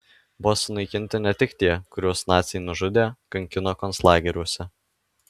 buvo sunaikinti ne tik tie kuriuos naciai nužudė kankino konclageriuose